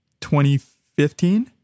2015